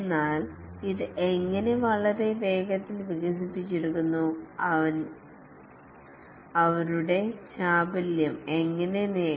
എന്നാൽ ഇത് എങ്ങനെ വളരെ വേഗത്തിൽ വികസിപ്പിച്ചെടുക്കുന്നു അവന്റെ ചാപല്യം എങ്ങനെ നേടി